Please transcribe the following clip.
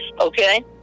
okay